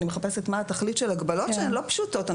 אני מחפשת מה התכלית של הגבלות שהן לא פשוטות.